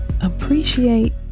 appreciate